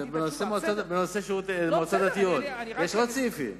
בנושא מועצות דתיות, אבל יש עוד סעיפים.